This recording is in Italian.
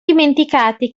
dimenticate